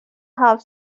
half